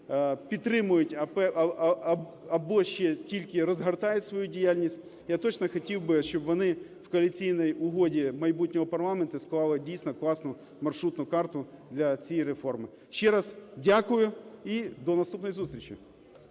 підтримують або ще тільки розгортають свою діяльність, я точно хотів би, щоб вони в коаліційній угоді майбутнього парламенту склали дійсно класну маршрутну карту для цієї реформи. Ще раз дякую. І до наступної зустрічі.